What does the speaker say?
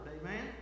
amen